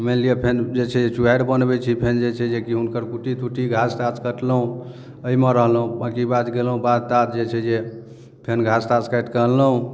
मानिलिअ फेन जे छै चुआरि बनबै छी फेन जे छै जे कि हुनकर कुट्टी टुट्टी घास तास कटलहुँ अइमे रहलहुँ बाकी बाध गेलहुँ बाध ताध जे छै जे फेन घास तास काटिकऽ अनलहुँ